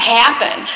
happen